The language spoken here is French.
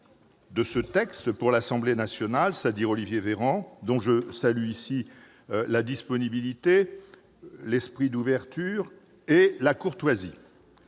de ce texte à l'Assemblée nationale, Olivier Véran, dont je salue ici la disponibilité, l'esprit d'ouverture et la courtoisie.